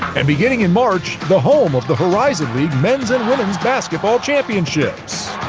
and beginning in march, the home of the horizon league men's and women's basketball championships.